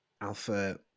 Alpha